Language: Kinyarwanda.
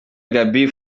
gaby